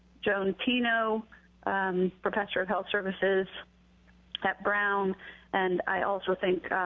joan tino professor of health services at brown and i also think or